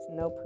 no